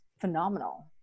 phenomenal